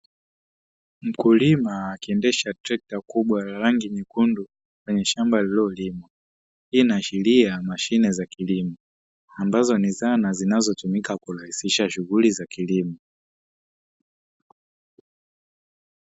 Mkulima akiendesha trekta kubwa la rangi nyekundu kwenye shamba lililolimwa, hii inaashiria mashine za kilimo ambazo ni zana zinazotumika kurahisisha shughuli za kilimo.